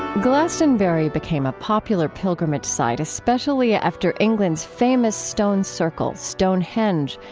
glastonbury became a popular pilgrimage site, especially after england's famous stone circle, stonehenge,